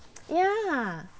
ya